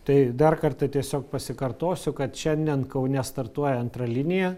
tai dar kartą tiesiog pasikartosiu kad šiandien kaune startuoja antra linija